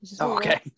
Okay